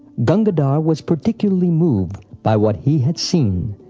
gangadhar was particularly moved by what he had seen,